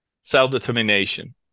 self-determination